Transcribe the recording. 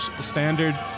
Standard